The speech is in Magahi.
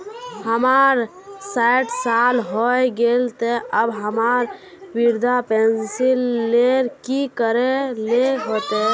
हमर सायट साल होय गले ते अब हमरा वृद्धा पेंशन ले की करे ले होते?